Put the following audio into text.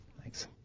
Thanks